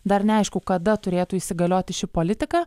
dar neaišku kada turėtų įsigalioti ši politika